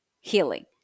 healing